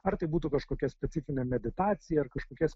ar tai būtų kažkokia specifinė meditacija ar kažkokie